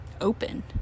open